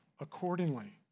accordingly